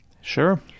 sure